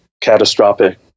catastrophic